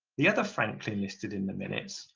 the other franklin listed in the minutes,